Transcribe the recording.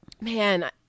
man